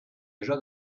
déjà